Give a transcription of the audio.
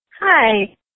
Hi